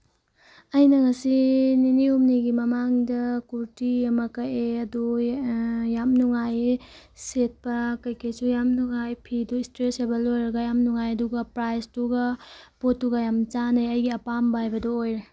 ꯑꯩꯅ ꯉꯁꯤ ꯅꯤꯅꯤ ꯍꯨꯝꯅꯤꯒꯤ ꯃꯃꯥꯡꯗ ꯀꯨꯔꯇꯤ ꯑꯃ ꯀꯛꯑꯦ ꯑꯗꯨ ꯌꯥꯝ ꯅꯨꯡꯉꯥꯏꯌꯦ ꯁꯦꯠꯄ ꯀꯩꯀꯩꯁꯨ ꯌꯥꯝ ꯅꯨꯡꯉꯥꯏ ꯐꯤꯗꯨ ꯏꯁꯇ꯭ꯔꯦꯠꯆꯦꯕꯜ ꯑꯣꯏꯔꯒ ꯌꯥꯝ ꯅꯨꯡꯉꯥꯏ ꯑꯗꯨꯒ ꯄ꯭ꯔꯥꯏꯁꯇꯨꯒ ꯄꯣꯠꯇꯨꯒ ꯌꯥꯝ ꯆꯥꯟꯅꯩ ꯑꯩꯒꯤ ꯑꯄꯥꯝꯕ ꯍꯥꯏꯕꯗꯨ ꯑꯣꯏꯔꯦ